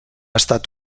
estat